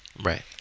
Right